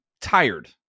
tired